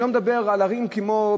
אני לא מדבר על ערים כמו,